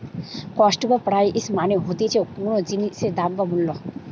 cost বা price মানে হতিছে কোনো জিনিসের দাম বা মূল্য